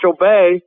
Bay